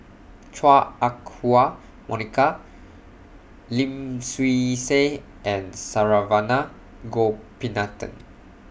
Chua Ah Huwa Monica Lim Swee Say and Saravanan Gopinathan